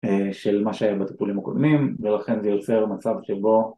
אה של מה שהיה בטיפולים הקודמים ולכן זה יוצר מצב שבו